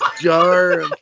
jar